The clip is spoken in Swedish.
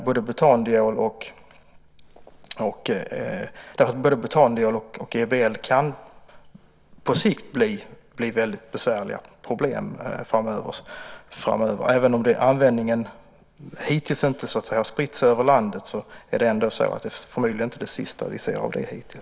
Både butandiol och GBL kan på sikt bli väldigt besvärliga problem. Även om användningen hittills inte har spritts över landet, är det förmodligen inte det sista vi sett av det.